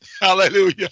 Hallelujah